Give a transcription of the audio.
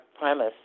premise